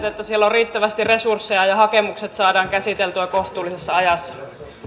että siellä on riittävästi resursseja ja ja hakemukset saadaan käsiteltyä kohtuullisessa ajassa